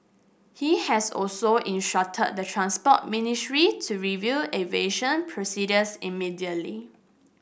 he has also instructed the Transport Ministry to review aviation procedures immediately